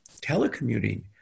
telecommuting